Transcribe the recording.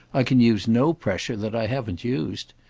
i can use no pressure that i haven't used.